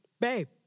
babe